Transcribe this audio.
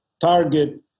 Target